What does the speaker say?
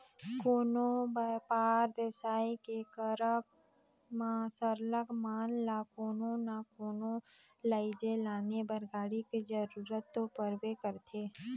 कोनो बयपार बेवसाय के करब म सरलग माल ल कोनो ना कोनो लइजे लाने बर गाड़ी के जरूरत तो परबे करथे